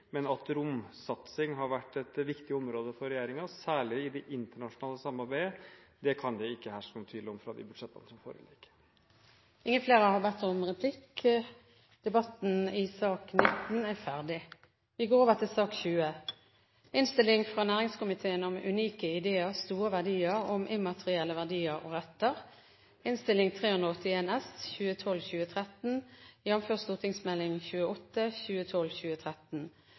Men at romsatsing har vært et viktig område for regjeringen, særlig i det internasjonale samarbeidet, kan det ikke herske noen tvil om ut fra de budsjettene som foreligger. Replikkordskiftet er omme. Flere har ikke bedt om ordet til sak nr. 19. Etter ønske fra næringskomiteen vil presidenten foreslå at taletiden blir begrenset til 24 minutter og fordeles med inntil 3 minutter til hvert parti og